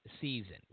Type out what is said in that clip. season